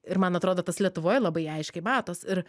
ir man atrodo tas lietuvoj labai aiškiai matos ir